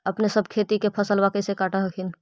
अपने सब खेती के फसलबा कैसे काट हखिन?